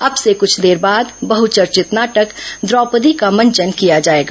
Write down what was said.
अब से कुछ देर बाद बहचर्चित नाटक द्रौपदी का मंचन किया जाएगा